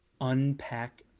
unpack